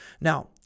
Now